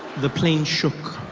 the plane shook.